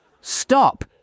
Stop